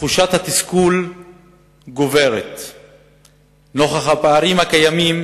תחושת התסכול גוברת נוכח הפערים הקיימים